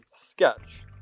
sketch